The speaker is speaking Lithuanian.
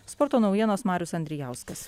sporto naujienos marius andrijauskas